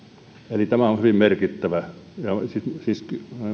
eli tämä on hyvin merkittävä ja siis